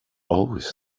always